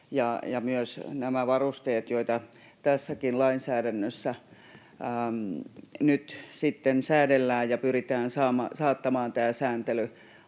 myös nämä varusteet, joita tässäkin lainsäädännössä nyt sitten säädellään, kun pyritään saattamaan tämä sääntely